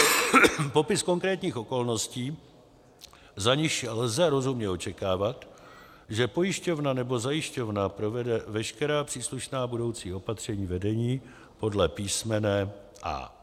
c) popis konkrétních okolností, za nichž lze rozumně očekávat, že pojišťovna nebo zajišťovna provede veškerá příslušná budoucí opatření vedení podle písmene a) ;